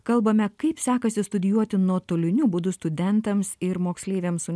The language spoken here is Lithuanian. kalbame kaip sekasi studijuoti nuotoliniu būdu studentams ir moksleiviams su